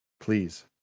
please